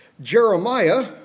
Jeremiah